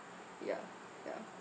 ya ya